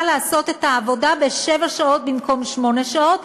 לעשות את העבודה בשבע שעות במקום בשמונה שעות.